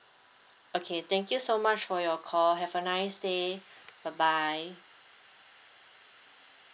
okay thank you so much for your call have a nice day bye bye